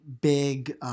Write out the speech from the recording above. big –